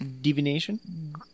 Divination